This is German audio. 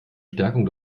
stärkung